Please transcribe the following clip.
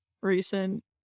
recent